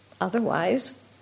Otherwise